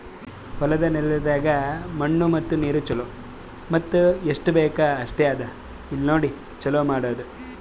ಹೊಲದ ನೆಲದಾಗ್ ಮಣ್ಣು ಮತ್ತ ನೀರು ಛಲೋ ಮತ್ತ ಎಸ್ಟು ಬೇಕ್ ಅಷ್ಟೆ ಅದಾ ಇಲ್ಲಾ ನೋಡಿ ಛಲೋ ಮಾಡದು